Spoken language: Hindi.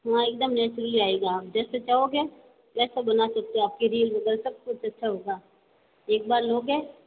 हाँ एकदम नेचुरली आएगा आप जैसे चाहोगे वैसा बना सकते है आपकी रील वगैरा सब कुछ अच्छा होगा एक बार लोगे